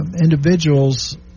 Individuals